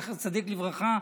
זכר צדיק לברכה,